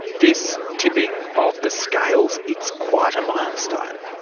this tipping of the scales, it's quite a milestone.